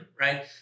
right